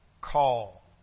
call